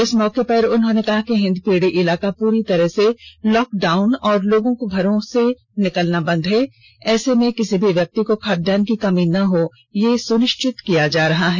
इस मौके पर उन्होंने कहा कि हिंदपीढ़ी इलाका पूरी तरह से लॉक डाउन और लोगों को घरों से निकलना बंद है ऐसे में किसी भी व्यक्ति को खाद्यान्न की कमी न हो यह सुनिष्चित किया जा रहा है